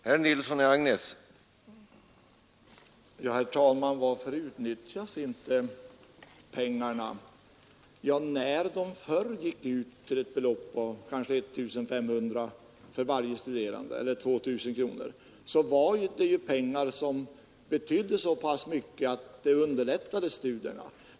Herr talman! Varför utnyttjas inte pengarna? Ja, när stipendierna tidigare utgick med ett belopp av 1 500 eller 2 000 kronor för varje studerande var det ju pengar som betydde så pass mycket att det underlättade studierna.